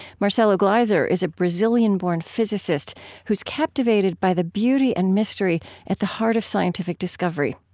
marcelo gleiser is a brazilian-born physicist who's captivated by the beauty and mystery at the heart of scientific discovery.